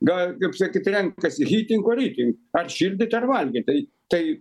ga kaip sakyt renkasi heating or eating ar šildyt ar valgyt tau tai